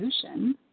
solution